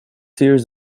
hears